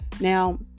Now